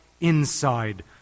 inside